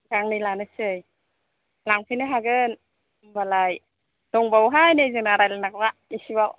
गांनै लानोसै लांफैनो हागोन होनबालाय दंबावोहाय नैजोंना रायज्लायनांगौआ एसेबाव